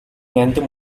нандин